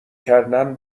کردن